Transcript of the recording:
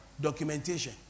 documentation